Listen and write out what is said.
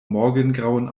morgengrauen